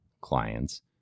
clients